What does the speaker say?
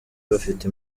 bafite